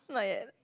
not yet